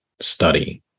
study